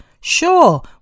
sure